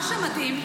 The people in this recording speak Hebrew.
מה שמדהים,